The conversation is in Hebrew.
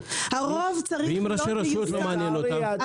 ואם ראשי רשויות, לא מעניין אותם?